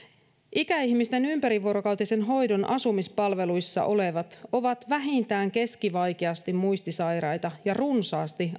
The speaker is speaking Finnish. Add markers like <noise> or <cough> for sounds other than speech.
ikäihmisten ympärivuorokautisen hoidon asumispalveluissa olevat ovat vähintään keskivaikeasti muistisairaita ja runsaasti <unintelligible>